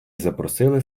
запросили